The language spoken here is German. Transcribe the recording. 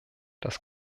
das